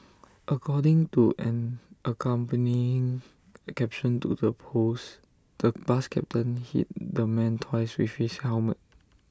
according to an accompanying caption to the post the bus captain hit the man twice with his helmet